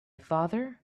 father